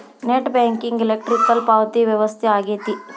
net banking electronic ಪಾವತಿ ವ್ಯವಸ್ಥೆ ಆಗೆತಿ